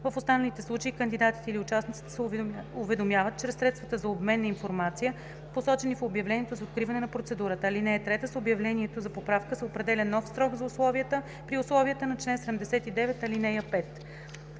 В останалите случаи кандидатите или участниците се уведомяват чрез средствата за обмен на информация, посочени в обявлението за откриване на процедурата. (3) С обявлението за поправка се определя нов срок при условията на чл. 79, ал. 5.“